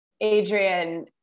Adrian